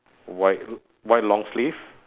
white white long sleeve